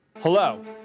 Hello